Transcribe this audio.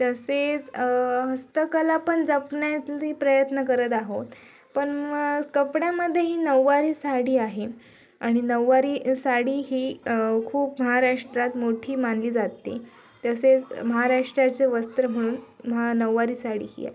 तसेच हस्तकला पण जपण्यातली प्रयत्न करत आहोत पण मग कपड्यामध्येही नऊवारी साडी आहे आणि नऊवारी साडी ही खूप महाराष्ट्रात मोठी मानली जाते तसेच महाराष्ट्राचे वस्त्र म्हणून महा नऊवारी साडी ही आहे